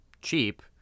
cheap